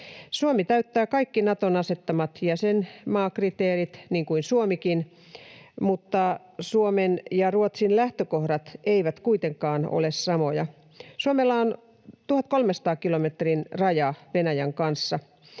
Ruotsi täyttää kaikki Naton asettamat jäsenmaakriteerit, niin kuin Suomikin, mutta Suomen ja Ruotsin lähtökohdat eivät kuitenkaan ole samoja. Suomella on 1 300 kilometrin raja Venäjän kanssa.